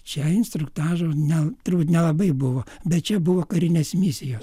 čia instruktažo na turbūt nelabai buvo bet čia buvo karinės misijos